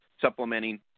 supplementing